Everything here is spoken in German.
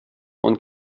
und